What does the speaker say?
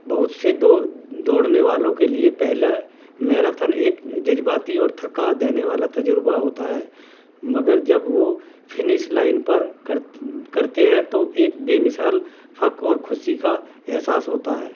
بہت سے دو دوڑنے والوں کے لیے پہلے میرااتھن ایک جذباتی اور تھکا دینے والا تجربہ ہوتا ہے مگر جب وہ فنش لائن پر کر کرتے ہیں تو ایک بے مثال فخر اور خوشی کا احساس ہوتا ہے